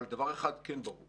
אבל דבר אחד ברור